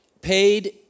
paid